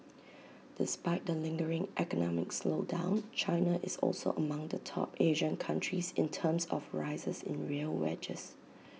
despite the lingering economic slowdown China is also among the top Asian countries in terms of rises in real wages